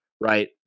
right